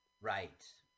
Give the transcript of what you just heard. Right